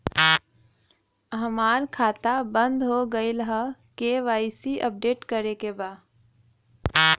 हमार खाता बंद हो गईल ह के.वाइ.सी अपडेट करे के बा?